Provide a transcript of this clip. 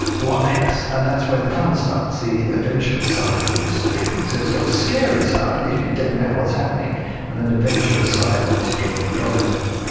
what next? and that's where the fun starts, the adventurous side of lucid dreaming. so it's got a scary side if you don't know what's happening, and an adventurous side once you gain control over it.